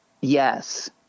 Yes